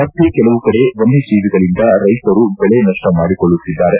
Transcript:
ಮತ್ತೆ ಕೆಲವು ಕಡೆ ವನ್ನಜೀವಿಗಳಿಂದ ರೈತರು ಬೆಳೆ ನಷ್ಟ ಮಾಡಿಕೊಳ್ಳುತ್ತಿದ್ದಾರೆ